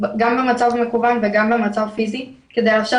גם במצב מקוון וגם במצב פיזי כדי לאפשר